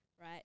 right